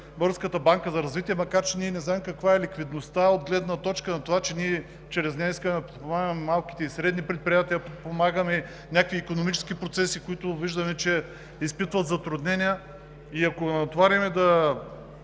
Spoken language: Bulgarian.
Българската банка за развитие, макар че не знаем каква е ликвидността от гледна точка на това, че ние чрез нея искаме да подпомагаме малките и средни предприятия, да подпомагаме някакви икономически процеси, които виждаме, че изпитват затруднения. Ако натоварим, а